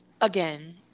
Again